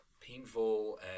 painful